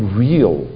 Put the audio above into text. real